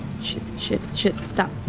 shit, shit, shit. stop,